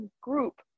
group